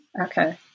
Okay